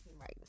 Right